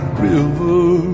river